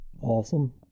Awesome